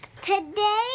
today